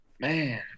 Man